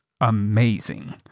amazing